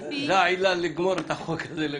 העילה לגמור את החוק הזה לגמרי.